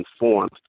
informed